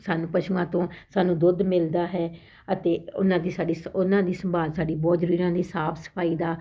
ਸਾਨੂੰ ਪਸ਼ੂਆਂ ਤੋਂ ਸਾਨੂੰ ਦੁੱਧ ਮਿਲਦਾ ਹੈ ਅਤੇ ਉਹਨਾਂ ਦੀ ਸਾਡੀ ਸ ਉਹਨਾਂ ਦੀ ਸੰਭਾਲ ਸਾਡੀ ਬਹੁਤ ਜ਼ਰੂਰੀ ਉਹਨਾਂ ਦੀ ਸਾਫ਼ ਸਫਾਈ ਦਾ